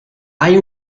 hai